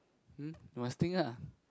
hm must think ah